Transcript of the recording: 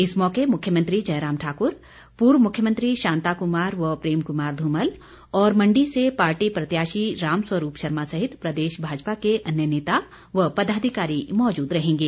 इस मौके मुख्यमंत्री जयराम ठाकुर पूर्व मुख्यमंत्री शांता कुमार व प्रेम कुमार धूमल और मंडी से पार्टी प्रत्याशी रामस्वरूप शर्मा सहित प्रदेश भाजपा के अन्य नेता व पदाधिकारी मौजूद रहेंगे